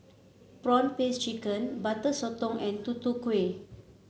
prawn paste chicken Butter Sotong and Tutu Kueh